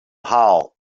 hall